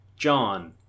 John